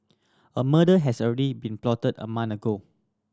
a murder has already been plotted a man ago